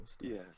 yes